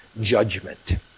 judgment